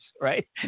right